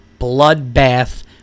bloodbath